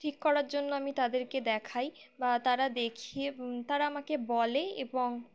ঠিক করার জন্য আমি তাদেরকে দেখাই বা তারা দেখিয়ে তারা আমাকে বলে এবং